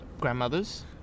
grandmothers